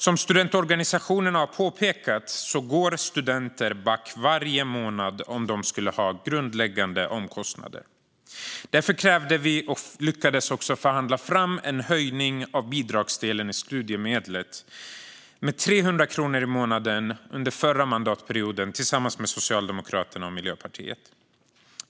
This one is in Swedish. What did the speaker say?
Som studentorganisationerna har påpekat går studenter back varje månad om de skulle ha grundläggande omkostnader. Därför lyckades vi vid förhandlingarna med Socialdemokraterna och Miljöpartiet under förra mandatperioden få fram en höjning av bidragsdelen i studiemedlet med 300 kronor i månaden.